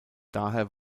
daher